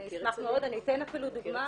אני אשמח מאד, אני אתן אפילו דוגמה.